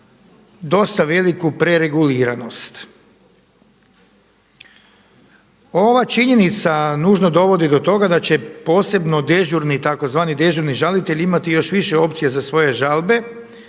dosta veliku prereguliranost. Ova činjenica nužno dovodi do toga da će posebno dežurni tzv. dežurni žalitelj imati još više opcija za svoje žalbe